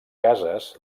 cases